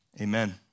Amen